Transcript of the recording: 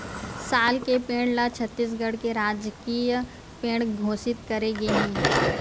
साल के पेड़ ल छत्तीसगढ़ के राजकीय पेड़ घोसित करे गे हे